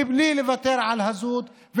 מבלי לוותר על הזהות.